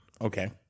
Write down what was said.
okay